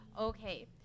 Okay